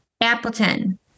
Appleton